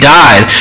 died